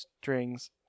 strings